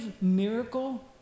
miracle